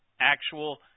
actual